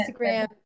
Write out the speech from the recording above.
Instagram